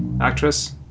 actress